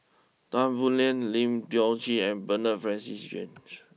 Tan Boo Liat Lim Tiong Ghee and Bernard Francis strange